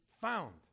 found